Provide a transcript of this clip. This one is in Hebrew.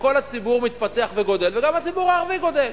וכל הציבור מתפתח וגדל, וגם הציבור הערבי גדל.